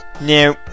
No